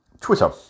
Twitter